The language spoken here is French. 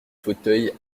fauteuils